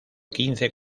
quince